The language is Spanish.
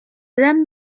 dan